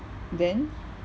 then